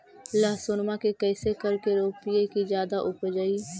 लहसूनमा के कैसे करके रोपीय की जादा उपजई?